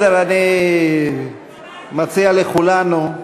נו, באמת.